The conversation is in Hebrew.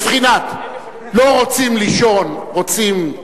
בבחינת לא רוצים לישון, רוצים,